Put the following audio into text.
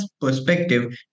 perspective